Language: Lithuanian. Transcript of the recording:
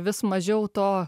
vis mažiau to